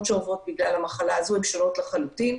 שעוברות בגלל המחלה הזאת הן שונות לחלוטין.